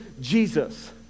Jesus